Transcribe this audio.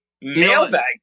mailbag